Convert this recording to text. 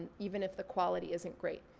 even if the quality isn't great.